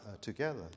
together